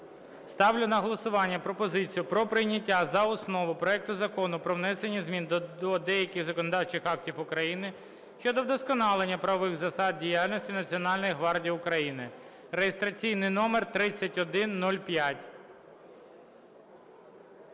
Ставлю на голосування пропозицію про прийняття за основу проекту Закону про внесення змін до деяких законодавчих актів України щодо вдосконалення правових засад діяльності Національної гвардії України (реєстраційний номер 3105).